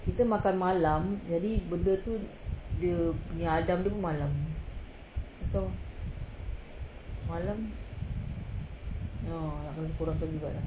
kita makan malam jadi benda tu dia punya hadam pun malam malam ah nak kena kurangkan juga